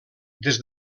des